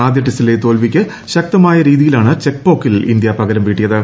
ആദ്യ ടെസ്റ്റിലെ തോൽവിക്ക് ശക്തമായ രീതിയിലാണ് ചെക്പോക്കിൽ ഇന്ത്യ പകരം വീട്ടിയത്